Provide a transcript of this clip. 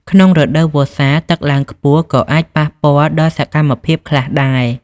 ក្នុងរដូវវស្សា ទឹកឡើងខ្ពស់ក៏អាចប៉ះពាល់ដល់សកម្មភាពខ្លះដែរ។